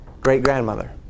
great-grandmother